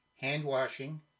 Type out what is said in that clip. hand-washing